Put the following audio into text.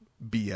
BL